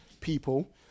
people